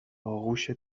آغوش